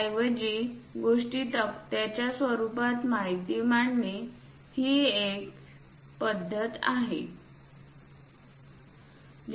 त्याऐवजी गोष्टी तक्त्यांच्या स्वरुपात माहिती मांडणे ही सामान्य पद्धत आहे